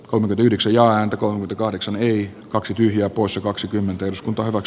oman yhdeksi ääntä kun kahdeksan neljä kaksi tyhjää poissa kaksikymmentä jos kunta ovat